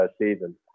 season